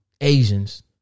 Asians